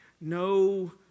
no